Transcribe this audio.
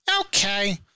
Okay